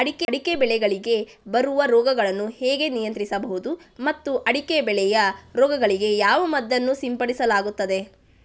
ಅಡಿಕೆ ಬೆಳೆಗಳಿಗೆ ಬರುವ ರೋಗಗಳನ್ನು ಹೇಗೆ ನಿಯಂತ್ರಿಸಬಹುದು ಮತ್ತು ಅಡಿಕೆ ಬೆಳೆಯ ರೋಗಗಳಿಗೆ ಯಾವ ಮದ್ದನ್ನು ಸಿಂಪಡಿಸಲಾಗುತ್ತದೆ?